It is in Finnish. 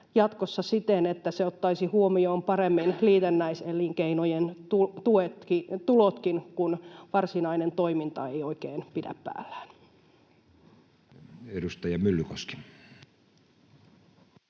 jatkossa siten, että se ottaisi huomioon paremmin liitännäiselinkeinojenkin tulot, kun varsinainen toiminta ei oikein pidä päällään? [Speech 190]